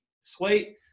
sweet